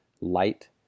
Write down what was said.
light